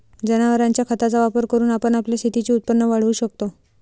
जनावरांच्या खताचा वापर करून आपण आपल्या शेतीचे उत्पन्न वाढवू शकतो